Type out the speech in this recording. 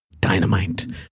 dynamite